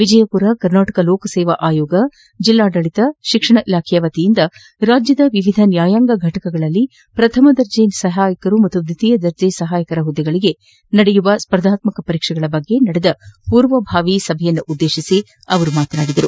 ವಿಜಯಪುರ ಕರ್ನಾಟಕ ಲೋಕಸೇವಾ ಆಯೋಗ ಜಿಲ್ಲಾಡಳಿತ ಶಿಕ್ಷಣ ಇಲಾಖೆ ವತಿಯಿಂದ ರಾಜ್ಯದ ವಿವಿಧ ನ್ಯಾಯಾಂಗ ಫಟಕಗಳಲ್ಲಿನ ಪ್ರಥಮ ದರ್ಜೆ ಸಹಾಯಕರು ಮತ್ತು ದ್ವಿತಿಯ ದರ್ಜೆ ಸಹಾಯಕರ ಹುದ್ದೆಗಳಿಗೆ ನಡೆಯಲಿರುವ ಸ್ಪರ್ಧಾತ್ಮಕ ಪರೀಕ್ಷೆಗಳ ಕುರಿತು ನಡೆದ ಪೂರ್ವಭಾವಿ ಸಭೆಯನ್ನು ಉದ್ದೇಶಿಸಿ ಅವರು ಮಾತನಾಡಿದರು